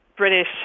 British